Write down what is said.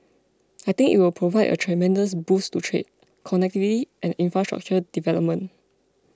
I think it will provide a tremendous boost to trade connectivity and infrastructure development